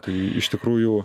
tai iš tikrųjų